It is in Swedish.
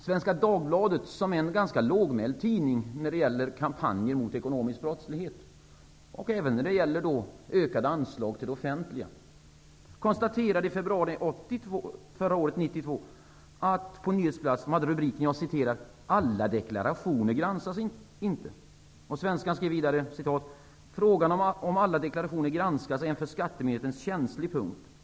Svenska Dagbladet -- som är en ganska lågmäld tidning när det gäller kampanjer mot ekonomisk brottslighet och för ökade anslag till det offentliga -- Alla deklarationer granskas inte. Tidningen skrev vidare att frågan om huruvida alla deklarationer granskas är en känslig punkt.